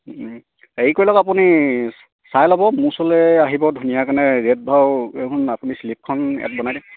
হেৰি কৰি লওক আপুনি চাই ল'ব মোৰ ওচৰলৈ আহিব ধুনীয়াকণে ৰেট ভাও আপুনি শ্লিপখন ইয়াত বনাই দিম